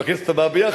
בכנסת הבאה ביחד.